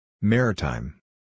Maritime